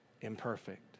imperfect